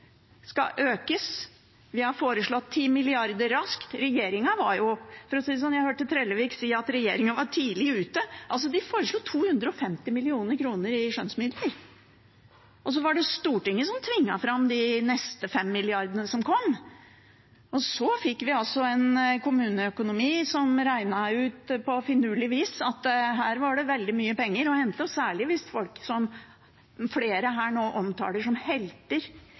skal økes – vi har foreslått 10 mrd. kr raskt. Jeg hørte representanten Trellevik si at regjeringen var tidlig ute. Regjeringen foreslo 250 mill. kr i skjønnsmidler. Så var det Stortinget som tvang fram de neste 5 mrd. kr som kom, og så fikk vi en kommuneøkonomi hvor man på finurlig vis regnet ut at her var det veldig mye penger å hente – og særlig hvis folk som flere her nå omtaler som helter